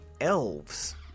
elves